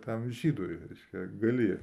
tam žydui reiškia gali